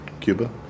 Cuba